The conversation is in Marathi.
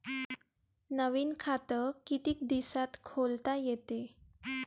नवीन खात कितीक दिसात खोलता येते?